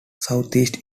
southeast